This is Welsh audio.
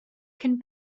cyn